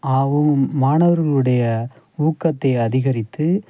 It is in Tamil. ஆகும் மாணவர்களுடைய ஊக்கத்தை அதிகரித்து